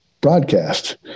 broadcast